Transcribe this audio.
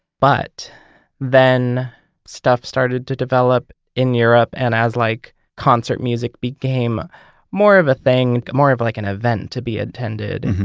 but then stuff started to develop in europe. and as like concert music became more of a thing, more of like an event to be attended,